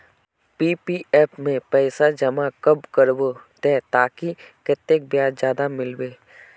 PPF में पैसा जमा कब करबो ते ताकि कतेक ब्याज ज्यादा मिलबे?